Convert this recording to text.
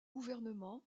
gouvernements